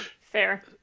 Fair